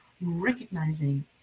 recognizing